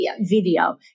video